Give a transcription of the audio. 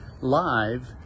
live